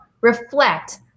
reflect